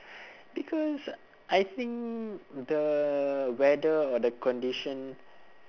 because I think the weather or the condition